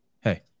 Hey